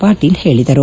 ಪಾಟೀಲ್ ಹೇಳಿದರು